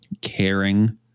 caring